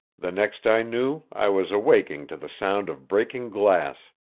the next i knew i was awaking to the sound of breaking glass.